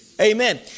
Amen